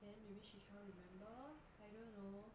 then maybe she can't remember I don't know